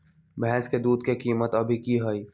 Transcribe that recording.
भैंस के दूध के कीमत अभी की हई?